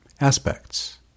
Aspects